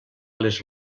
les